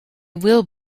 will